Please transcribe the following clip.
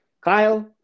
Kyle